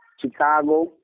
Chicago